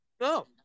No